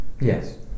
Yes